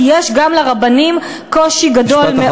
כי גם לרבנים יש קושי גדול,